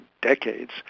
decades